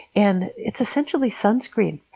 and it's essentially sunscreen.